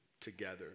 together